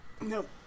Nope